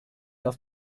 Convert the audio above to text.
das